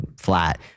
flat